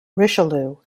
richelieu